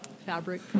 fabric